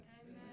Amen